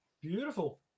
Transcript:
beautiful